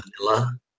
vanilla